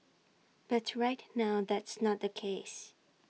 but right now that's not the case